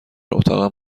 اتاقم